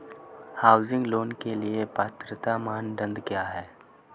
Housing loan के लिए पात्रता मानदंड क्या हैं?